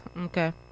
okay